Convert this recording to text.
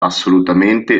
assolutamente